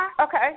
Okay